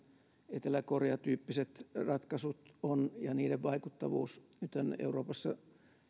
etelä korean tyyppiset ratkaisut ovat ja niiden vaikuttavuus nythän euroopassa